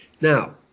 now